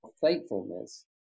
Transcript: faithfulness